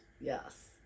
Yes